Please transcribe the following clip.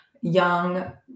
young